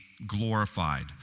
glorified